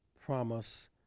promise